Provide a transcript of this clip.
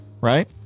right